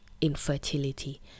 infertility